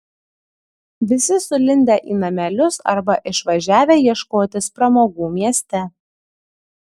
visi sulindę į namelius arba išvažiavę ieškotis pramogų mieste